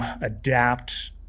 adapt